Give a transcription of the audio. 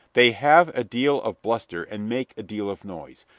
they have a deal of bluster and make a deal of noise,